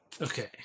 okay